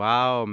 Wow